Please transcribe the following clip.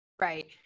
Right